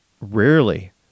Rarely